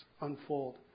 unfold